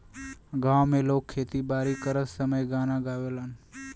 गांव में लोग खेती बारी करत समय गाना गावेलन